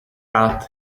but